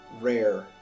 rare